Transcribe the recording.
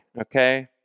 okay